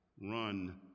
run